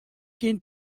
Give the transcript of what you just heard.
kin